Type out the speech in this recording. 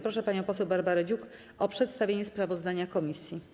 Proszę panią poseł Barbarę Dziuk o przedstawienie sprawozdania komisji.